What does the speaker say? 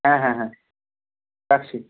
হ্যাঁ হ্যাঁ হ্যাঁ রাখছি